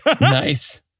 Nice